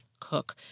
Cook